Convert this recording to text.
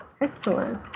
Excellent